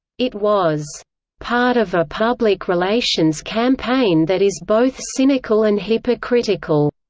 it was part of a public relations campaign that is both cynical and hypocritical,